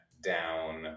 Down